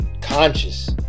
Conscious